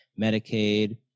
Medicaid